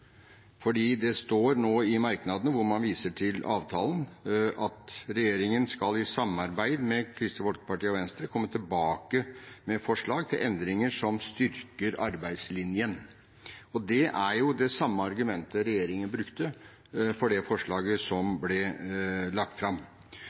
det står nå i merknadene, hvor man viser til avtalen, at regjeringen i samarbeid med Kristelig Folkeparti og Venstre skal komme tilbake med forslag til endringer som styrker arbeidslinjen. Det er det samme argumentet regjeringen brukte for det forslaget som